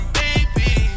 baby